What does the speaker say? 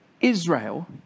Israel